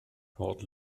port